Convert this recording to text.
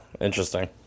Interesting